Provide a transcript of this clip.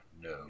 No